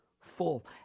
full